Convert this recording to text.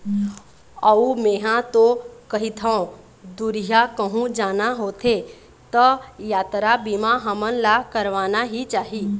अऊ मेंहा तो कहिथँव दुरिहा कहूँ जाना होथे त यातरा बीमा हमन ला करवाना ही चाही